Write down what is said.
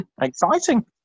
exciting